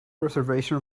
reservation